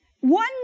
One